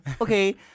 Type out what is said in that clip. Okay